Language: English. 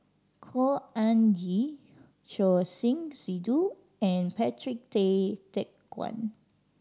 Khor Ean Ghee Choor Singh Sidhu and Patrick Tay Teck Guan